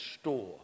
store